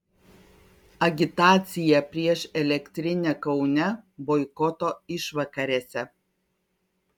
agitacija prieš elektrinę kaune boikoto išvakarėse